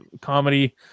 comedy